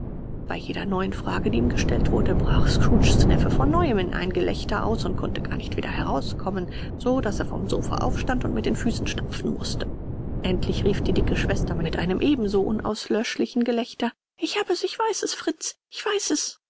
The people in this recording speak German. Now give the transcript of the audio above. bei jeder neuen frage die ihm gestellt wurde brach scrooges neffe von neuem in ein gelächter aus und konnte gar nicht wieder heraus kommen so daß er vom sofa aufstehen und mit den füßen stampfen mußte endlich rief die dicke schwester mit einem ebenso unauslöschlichen gelächter ich habe es ich weiß es fritz ich weiß es